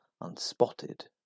unspotted